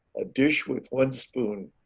a dish with one spoon.